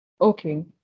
Okay